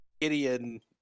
Gideon